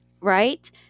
right